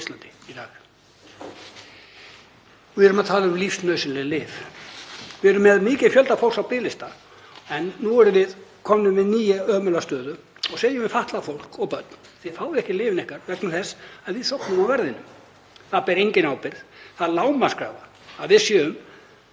í dag? Við erum að tala um lífsnauðsynleg lyf. Við erum með mikinn fjölda fólks á biðlista en nú erum við komin með nýja ömurlega stöðu og segjum við fatlað fólk og börn: Þið fáið ekki lyfin ykkar vegna þess að við sofnuðum á verðinum. Það ber enginn ábyrgð. Það er lágmarkskrafa að við séum